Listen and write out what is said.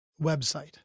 website